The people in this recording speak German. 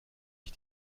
ich